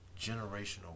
generational